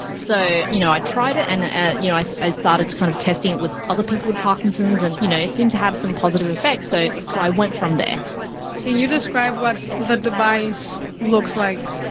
so you know, i tried it, and ah you know i so i started to kind of testing it with other people with parkinson's and you know, it seemed to have some positive effects. so so i went from there can you describe what the device looks like?